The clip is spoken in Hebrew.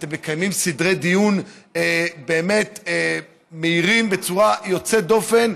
אתם מקיימים סדרי דיון באמת מהירים בצורה יוצאת דופן,